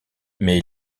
mais